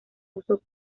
uso